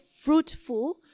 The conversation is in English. fruitful